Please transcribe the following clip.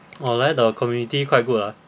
orh like that the community quite good ah